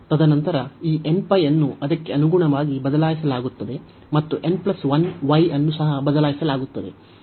ತದನಂತರ ಈ nπ ಅನ್ನು ಅದಕ್ಕೆ ಅನುಗುಣವಾಗಿ ಬದಲಾಯಿಸಲಾಗುತ್ತದೆ ಮತ್ತು n 1 y ಅನ್ನು ಸಹ ಬದಲಾಯಿಸಲಾಗುತ್ತದೆ